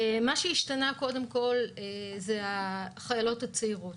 מה שהשתנה זה החיילות הצעירות.